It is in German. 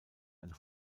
ein